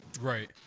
Right